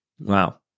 Wow